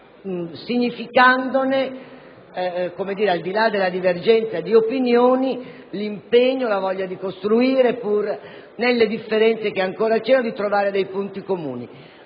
significandone, al di là della divergenza di opinioni, l'impegno e la voglia di trovare, pur nelle differenze che ancora c'erano, dei punti comuni.